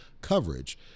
coverage